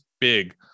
big